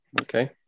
okay